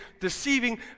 deceiving